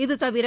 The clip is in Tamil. இதுதவிர